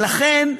לכן,